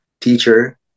teacher